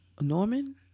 Norman